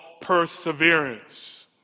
perseverance